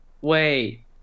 wait